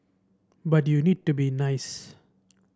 but you need to be nice